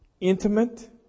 intimate